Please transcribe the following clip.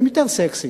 הם יותר סקסיים.